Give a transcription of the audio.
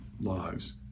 lives